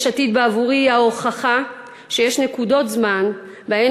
יש עתיד בעבורי היא ההוכחה שיש נקודות זמן שבהן